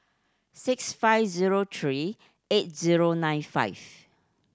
six five zero three eight zero nine five